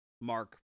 Mark